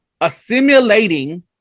assimilating